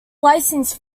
licence